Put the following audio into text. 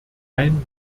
ein